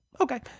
Okay